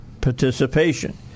participation